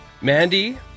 Mandy